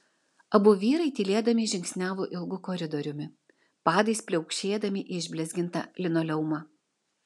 abu vyrai tylėdami žingsniavo ilgu koridoriumi padais pliaukšėdami į išblizgintą linoleumą